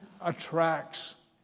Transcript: attracts